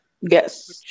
Yes